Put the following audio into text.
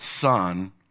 son